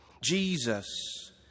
Jesus